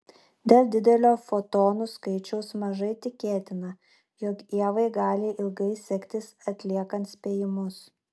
dėl didelio fotonų skaičiaus mažai tikėtina jog ievai gali ilgai sektis atliekant spėjimus